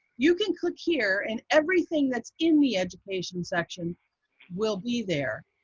you can click here and everything that's in the education section will be there.